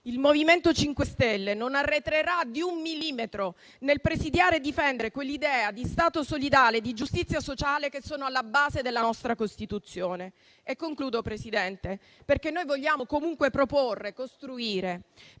Il MoVimento 5 Stelle non arretrerà di un millimetro nel presidiare e difendere quelle idee di Stato solidale e di giustizia sociale che sono alla base della nostra Costituzione. Concludo, Presidente, perché noi vogliamo comunque proporre e costruire.